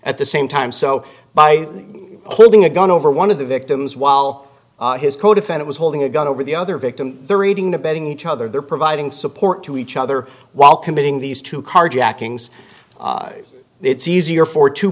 at the same time so by holding a gun over one of the victims while his codefendant was holding a gun over the other victim the reading the betting each other they're providing support to each other while committing these two carjackings it's easier for two